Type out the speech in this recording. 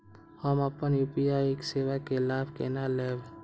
हम अपन यू.पी.आई सेवा के लाभ केना लैब?